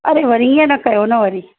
अड़े वरी इअं न कयो न वरी